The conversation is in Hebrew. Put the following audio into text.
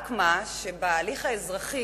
רק מה, שבהליך האזרחי,